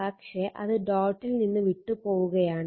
പക്ഷെ അത് ഡോട്ടിൽ നിന്ന് വിട്ട് പോവുകയാണ്